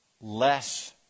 less